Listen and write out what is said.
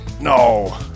no